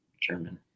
German